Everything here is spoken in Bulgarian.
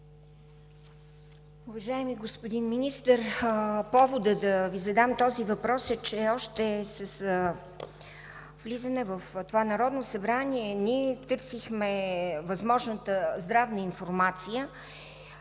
Уважаеми господин Министър, поводът да Ви задам този въпрос е, че още с влизането в това Народно събрание ние търсихме възможната здравна информация,